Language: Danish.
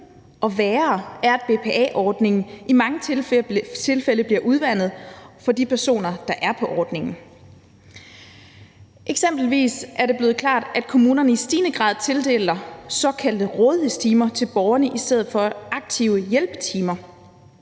og værre ting er, at BPA-ordningen i mange tilfælde bliver udvandet for de personer, der er på ordningen. Eksempelvis er det blevet klart, at kommunerne i stigende grad tildeler såkaldte rådighedstimer til borgerne i stedet for aktive hjælpetimer.